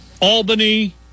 Albany